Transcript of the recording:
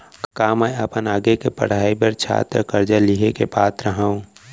का मै अपन आगे के पढ़ाई बर छात्र कर्जा लिहे के पात्र हव?